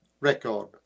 record